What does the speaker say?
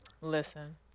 Listen